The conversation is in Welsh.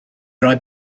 roi